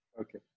Okay